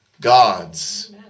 God's